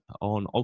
on